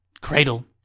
Cradle